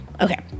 okay